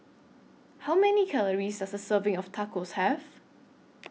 How Many Calories Does A Serving of Tacos Have